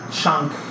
chunk